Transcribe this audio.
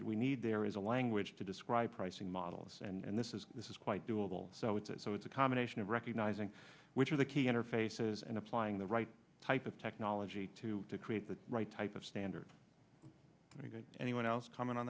that we need there is a language to describe pricing models and this is this is quite doable so it's a so it's a combination of recognizing which are the key interfaces and applying the right type of technology to create the right type of standards anyone else coming on